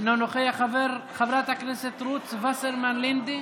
אינו נוכח, חברת הכנסת רות וסרמן לנדה,